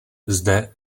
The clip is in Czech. zde